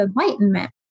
enlightenment